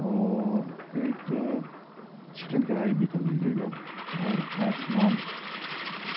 اور ایک چکن کڑھائی بھی کر لیجیے گا اور پانچ نان